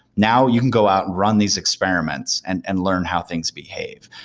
now, you can go out run these experiments and and learn how things behave,